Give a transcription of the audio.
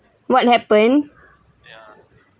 what happen